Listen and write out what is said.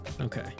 Okay